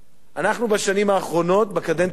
אנחנו בשנים האחרונות, בקדנציה הזאת,